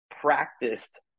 practiced